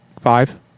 Five